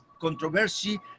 controversy